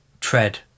tread